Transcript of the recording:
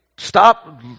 Stop